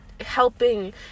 helping